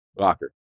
locker